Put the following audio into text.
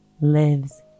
lives